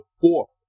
fourth